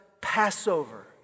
Passover